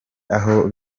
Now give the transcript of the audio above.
aho